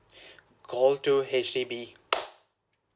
call two H_D_B